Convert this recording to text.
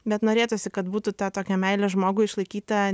bet norėtųsi kad būtų ta tokia meilė žmogui išlaikyta